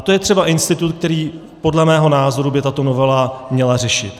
To je třeba institut, který by podle mého názoru tato novela měla řešit.